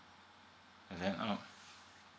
um